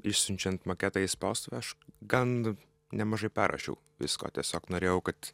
išsiunčiant maketą į spaustuvę aš gan nemažai perrašiau visko tiesiog norėjau kad